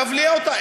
נבליע אותה.